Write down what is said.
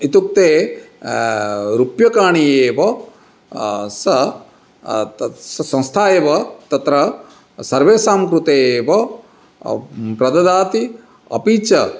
इत्युक्ते रूप्यकाणि एव सः तत् संस्था एव तत्र सर्वेषां कृते एव प्रददाति अपि च